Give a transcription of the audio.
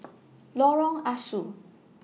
Lorong Ah Soo